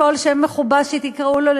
בכל שם מכובס שתקראו לו,